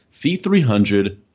C300